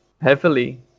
heavily